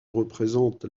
représente